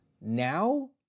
now